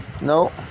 No